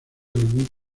algún